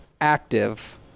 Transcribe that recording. active